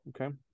Okay